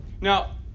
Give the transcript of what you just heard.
now